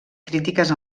crítiques